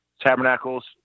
Tabernacles